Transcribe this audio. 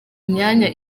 myanya